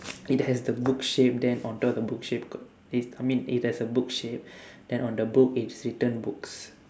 it has the book shape then on top of the book shape got this I mean it has a book shape then on the book it's written books